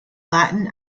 latin